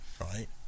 right